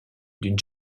d’une